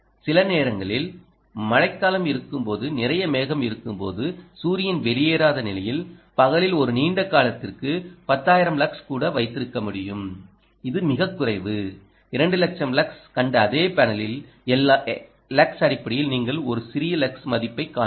சில நேரங்களில் மழைக்காலம் இருக்கும்போது நிறைய மேகம் இருக்கும்போது சூரியன் வெளியேறாத நிலையில் பகலில் ஒரு நீண்ட காலத்திற்கு 10000 லக்ஸ் கூட வைத்திருக்க முடியும் இதுமிகக் குறைவு 2 லட்சம் லக்ஸ் கண்ட அதே பேனலில் லக்ஸ் அடிப்படையில் நீங்கள் ஒரு சிறிய லக்ஸ் மதிப்பைக்காண்பீர்கள்